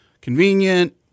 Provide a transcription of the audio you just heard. convenient